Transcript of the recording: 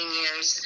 years